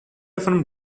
from